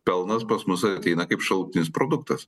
pelnas pas mus ateina kaip šalutinis produktas